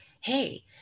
hey